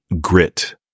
grit